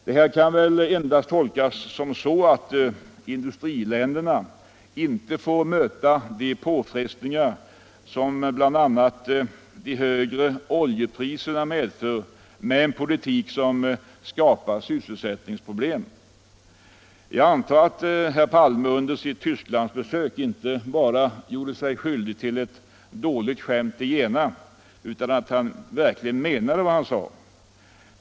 Detta kan väl endast tolkas så att industriländerna inte får möta de påfrestningar som bl.a. de högre oljepriserna medför med en politik som skapar sysselsättningsproblem. Jag antar att herr Palme under sitt Tysklandsbesök inte gjorde sig skyldig till bara dåligt skämt i Heidelberg utan att han verkligen menade vad han sade.